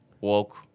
woke